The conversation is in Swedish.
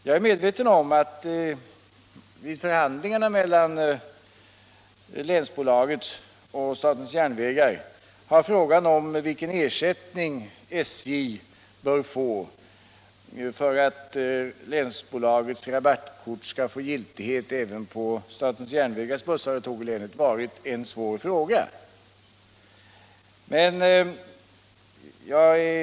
Jag vet att frågan om vilken ersättning SJ bör ha för att länsbolagets rabattkort skall få giltighet även för statens järnvägars bussar och tåg i länet har varit en svår punkt vid förhandlingarna mellan länsbolaget och statens järnvägar.